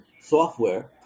software